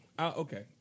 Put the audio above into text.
Okay